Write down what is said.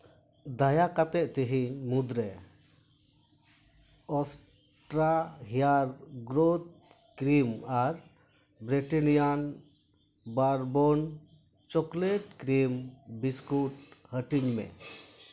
ᱫᱟᱭᱟ ᱠᱟᱛᱮᱫ ᱛᱮᱦᱤᱧ ᱢᱩᱫᱽᱨᱮ ᱩᱥᱴᱨᱟ ᱦᱮᱭᱟᱨ ᱜᱨᱳᱛᱷ ᱠᱨᱤᱢ ᱟᱨ Britannia Bourbon chocolate cream biscuits ᱦᱟᱹᱴᱤᱧ ᱢᱮ